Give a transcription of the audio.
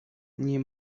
nie